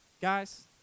guys